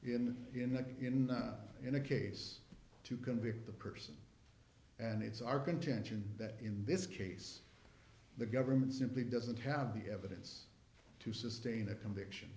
in in the in in a case to convict the person and it's our contention that in this case the government simply doesn't have the evidence to sustain a conviction